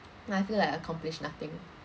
like I feel like I accomplished nothing